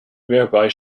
whereby